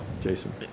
jason